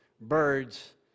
birds